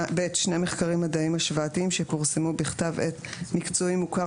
שני מחקרים מדעיים השוואתיים שפורסמו בכתב עת מקצועי מוכר,